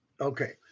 okay